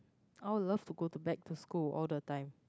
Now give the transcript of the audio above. oh love to go to back to school all the time